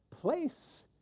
place